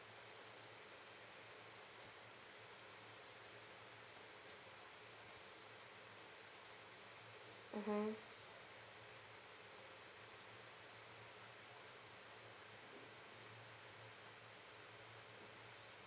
mmhmm